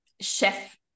chef